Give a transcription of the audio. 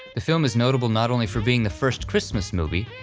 the film is notable not only for being the first christmas movie,